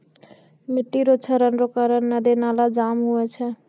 मिट्टी रो क्षरण रो कारण नदी नाला जाम हुवै छै